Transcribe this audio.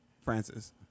Francis